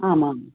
आमाम्